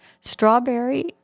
Strawberry